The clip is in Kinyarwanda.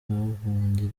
burundi